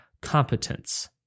competence